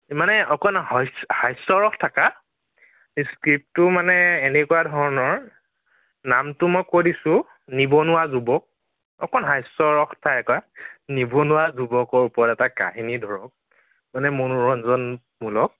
মানে অকণ হাস্য় হাস্য় ৰস থকা স্ক্ৰীপ্টটো মানে এনেকুৱা ধৰণৰ নামটো মই কৈ দিছোঁ নিবনুৱা যুৱক অকণ হাস্য় ৰস থকা নিবনুৱা যুৱকৰ ওপৰত এটা কাহিনী ধৰক মানে মনোৰঞ্জনমূলক